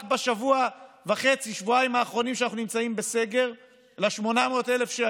שאנחנו משלמים להם על איגרות חוב,